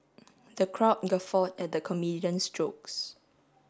the crowd guffawed at the comedian's jokes